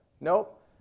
nope